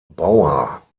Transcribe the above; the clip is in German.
bauer